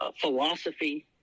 philosophy